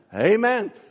Amen